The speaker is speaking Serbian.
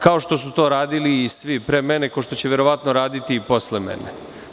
Kao što su to radili i svi pre mene, ko što će verovatno raditi i posle mene.